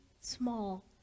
small